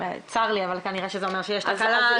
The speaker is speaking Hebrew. צר לי, אבל כנראה שזה אומר שיש תקלה.